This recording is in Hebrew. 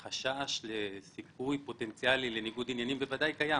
החשש לסיכוי פוטנציאלי של ניגוד עניינים בוודאי קיים,